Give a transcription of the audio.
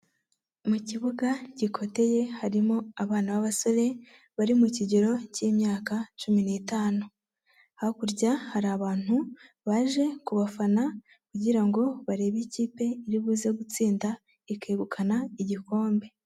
Mu kibuga gikoteye harimo abana ba basore, bari mu kigero cy'imyaka cumi n'itanu, hakurya hari abantu baje ku bafana kugira ngo barebe ikipe iri buze gutsinda ikegukana igikombe.